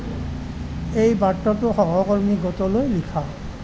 এই বাৰ্তাটো সহকৰ্মী গোটলৈ লিখা